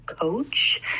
coach